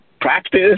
practice